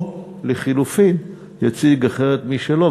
או לחלופין יציג אחרת משלו,